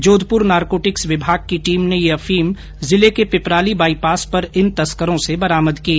Jodhpur narcotics विभाग की team ने यह अफीम जिले के पिपराली बाईपास पर इन तस्करों से बरामद की गई